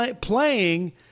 playing